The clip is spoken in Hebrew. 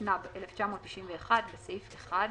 התשנ"ב 1991, בסעיף 1,